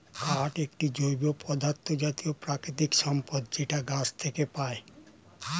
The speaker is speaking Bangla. কাঠ একটি জৈব পদার্থ জাতীয় প্রাকৃতিক সম্পদ যেটা গাছ থেকে পায়